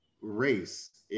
race